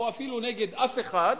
או אפילו נגד אף אחד,